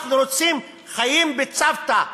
אנחנו רוצים חיים בצוותא,